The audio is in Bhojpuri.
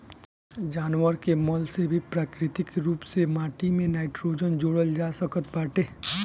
जानवर के मल से भी प्राकृतिक रूप से माटी में नाइट्रोजन जोड़ल जा सकत बाटे